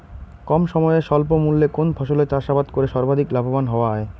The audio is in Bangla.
কম সময়ে স্বল্প মূল্যে কোন ফসলের চাষাবাদ করে সর্বাধিক লাভবান হওয়া য়ায়?